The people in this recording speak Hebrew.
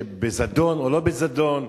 בזדון או לא בזדון,